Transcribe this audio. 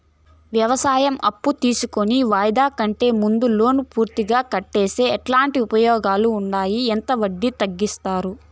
వ్యవసాయం అప్పు తీసుకొని వాయిదా కంటే ముందే లోను పూర్తిగా కట్టేస్తే ఎట్లాంటి ఉపయోగాలు ఉండాయి? ఎంత వడ్డీ తగ్గిస్తారు?